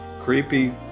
Creepy